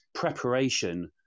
preparation